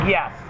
Yes